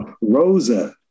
Rosa